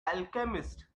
alchemist